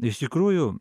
iš tikrųjų